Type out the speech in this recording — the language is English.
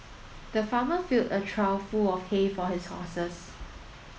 the farmer filled a trough full of hay for his horses